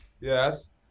Yes